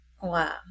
Wow